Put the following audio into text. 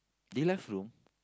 deluxe room